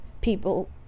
people